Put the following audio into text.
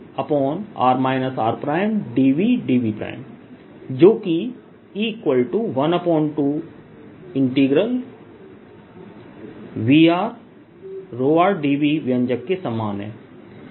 dVdV जोकि E12VrrdV व्यंजक के समान है